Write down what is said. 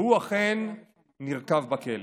והוא אכן נרקב בכלא